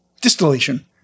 Distillation